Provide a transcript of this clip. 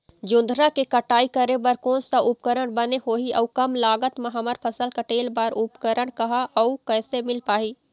जोंधरा के कटाई करें बर कोन सा उपकरण बने होही अऊ कम लागत मा हमर फसल कटेल बार उपकरण कहा अउ कैसे मील पाही?